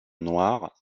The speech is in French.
noire